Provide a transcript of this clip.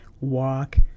walk